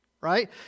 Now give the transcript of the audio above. right